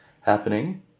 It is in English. happening